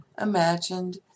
imagined